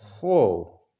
Whoa